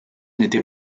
n’était